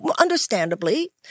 understandably